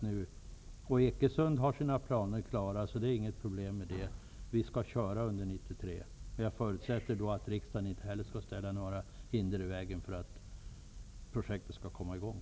Planerna med Ekesund är klara, där kvarstår inga problem. Vi startar under 1993. Jag förutsätter att inte heller riksdagen ställer hinder i vägen för projektets igångsättande.